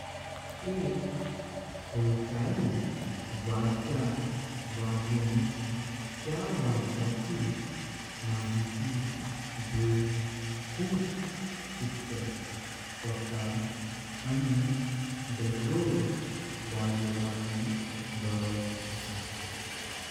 एक कोयचोई वाद्य वजोंक त्या वाद्याची माहिती घेन कुप शिकचें पडता। आनी दररोज वाजोपाची गरज असा।